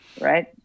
right